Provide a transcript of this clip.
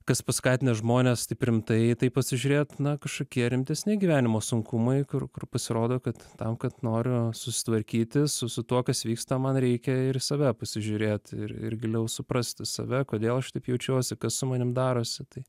kas paskatina žmones taip rimtai į tai pasižiūrėt na kažkokie rimtesni gyvenimo sunkumai kur kur pasirodo kad tam kad noriu susitvarkyti su su tuo kas vyksta man reikia ir į save pasižiūrėt ir ir giliau suprasti save kodėl aš taip jaučiuosi kas su manim darosi tai